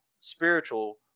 spiritual